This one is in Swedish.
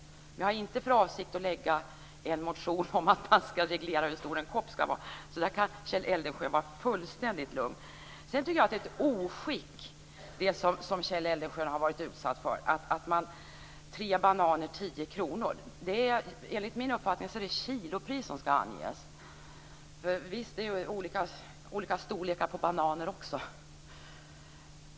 Men jag har inte för avsikt att väcka en motion om att man ska reglera hur stor en kopp ska vara. I fråga om det kan Kjell Eldensjö vara fullständigt lugn. Sedan tycker jag att det som Kjell Eldensjö har varit utsatt för är ett oskick, nämligen att tre bananer kostar 10 kr. Enligt min uppfattning är det kilopris som ska anges. Det är ju olika storlekar på bananer också.